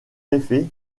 effet